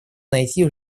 найти